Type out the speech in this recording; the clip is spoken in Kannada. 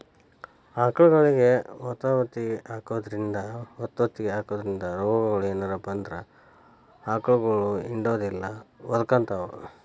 ಆಕಳಗೊಳಿಗೆ ವತವತಿ ಹಾಕೋದ್ರಿಂದ ರೋಗಗಳು ಏನರ ಬಂದ್ರ ಆಕಳಗೊಳ ಹಿಂಡುದಿಲ್ಲ ಒದಕೊತಾವ